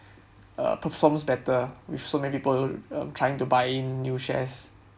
uh performs better with so many people uh trying to buy in new shares